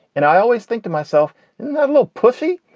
and i always think to myself that a little pushy,